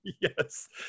Yes